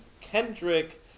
Kendrick